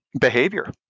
behavior